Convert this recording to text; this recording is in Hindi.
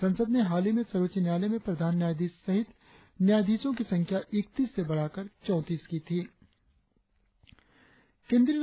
संसद ने हालही में सर्वोच्च न्यायालय में प्रधान न्यायाधीश सहित न्यायाधीशों की संख्या इकतीस से बढ़ाकर चौतीस की थी